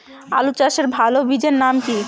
আলু চাষের ভালো বীজের নাম কি?